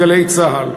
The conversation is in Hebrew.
"גלי צה"ל".